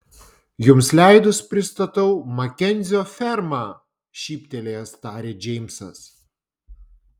jums leidus pristatau makenzio ferma šyptelėjęs tarė džeimsas